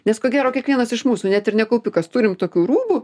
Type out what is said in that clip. nes ko gero kiekvienas iš mūsų net ir ne kaupikas turim tokių rūbų